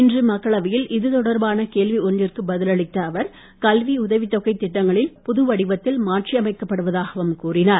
இன்று மக்களவையில் இதுதொடர்பான கேள்வி ஒன்றிற்கு பதில் அளித்த அவர் கல்வி உதவித்தொகை திட்டங்களில் புது வடிவத்தில் மாற்றி அமைக்கப்படுவதாகவும் கூறினார்